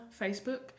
Facebook